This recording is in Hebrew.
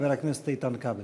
חבר הכנסת איתן כבל.